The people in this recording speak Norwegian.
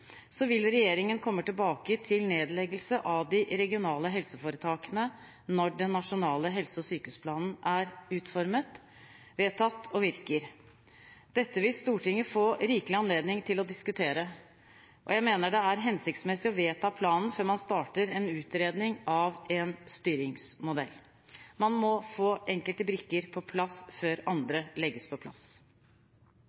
vil regjeringen komme tilbake til nedleggelse av de regionale helseforetakene når den nasjonale helse- og sykehusplanen er utformet, vedtatt og virker. Dette vil Stortinget få rikelig anledning til å diskutere. Jeg mener det er hensiktsmessig å vedta planen før man starter en utredning av en styringsmodell. Man må få enkelte brikker på plass før andre legges på plass.